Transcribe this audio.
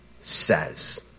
says